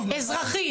אזרחי,